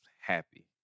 happy